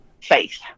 Faith